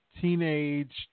teenage